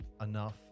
enough